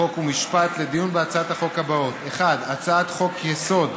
חוק ומשפט לדיון בהצעות החוק האלה: 1. הצעת חוק-יסוד: